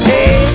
Hey